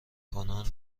کنان